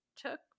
took